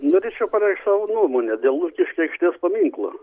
norėčiau pareikšt savo nuomonę dėl lukiškių aikštės paminklo